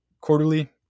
quarterly